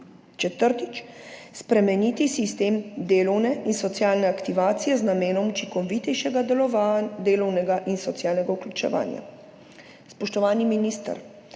kriterijev. Spremeniti sistem delovne in socialne aktivacije z namenom učinkovitejšega delovnega in socialnega vključevanja.« Spoštovani minister,